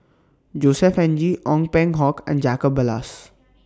Josef Ng Ong Peng Hock and Jacob Ballas